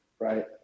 Right